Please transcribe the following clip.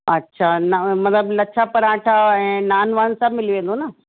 अच्छा न मतलबु लच्छा परांठा ऐं नान वान सभु मिली वेंदो न